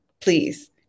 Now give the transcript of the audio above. please